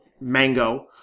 Mango